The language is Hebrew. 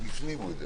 15), התשפ"א-2020?